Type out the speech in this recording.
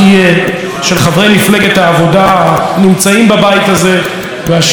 של חברי מפלגת העבודה הנמצאים בבית הזה ואשר רובם הגדול,